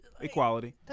Equality